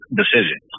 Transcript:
decision